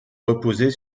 reposer